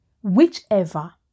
whichever